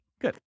Good